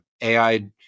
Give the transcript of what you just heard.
AI